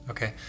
Okay